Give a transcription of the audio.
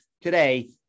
Today